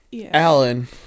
Alan